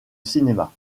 cinéma